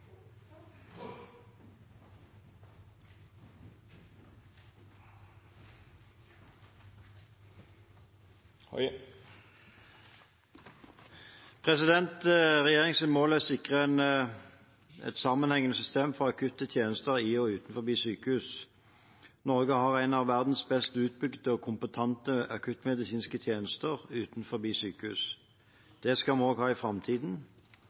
mål er å sikre et sammenhengende system for akutte tjenester i og utenfor sykehus. Norge har noen av verdens best utbygde og mest kompetente akuttmedisinske tjenester utenfor sykehus. Det skal vi ha også i framtiden.